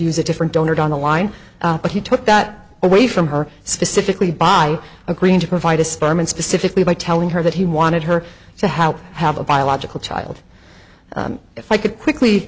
use a different donor down the line but he took that away from her specifically by agreeing to provide a sperm and specifically by telling her that he wanted her to help have a biological child if i could quickly